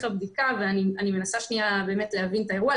הבדיקה ואני מנסה שנייה באמת להבין את האירוע.